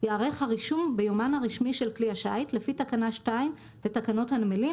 ייערך הרישום ביומן הרשמי של כלי השיט לפי תקנה 2 לתקנות הנמלים,